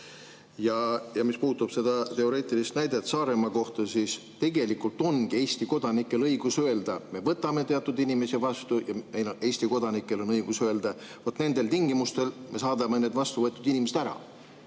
Mis puutub sellesse teoreetilisse näitesse Saaremaa kohta, siis tegelikult ongi Eesti kodanikel õigus öelda: me võtame teatud inimesi vastu. Ja Eesti kodanikel on ka õigus öelda: vot nendel tingimustel me saadame vastu võetud inimesed ära